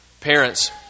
Parents